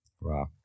Wow